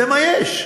זה מה יש.